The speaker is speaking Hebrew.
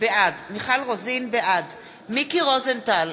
בעד מיקי רוזנטל,